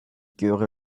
göre